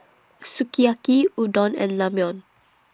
Sukiyaki Udon and Ramyeon